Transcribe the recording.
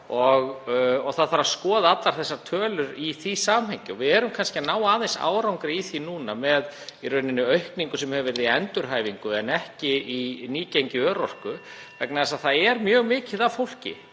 Það þarf að skoða allar þessar tölur í því samhengi. Við erum kannski að ná aðeins árangri í því núna með þeirri aukningu sem hefur verið í endurhæfingu en ekki í nýgengi örorku (Forseti hringir.) vegna þess að það er mjög mikið af fólki